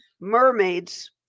mermaids